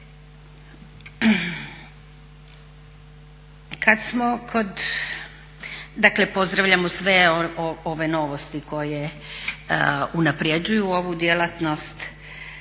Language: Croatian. dakle pozdravljamo sve ove novosti koje unapređuju ovu djelatnost